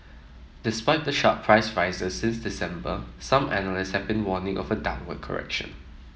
despite the sharp price rises since December some analysts have been warning of a downward correction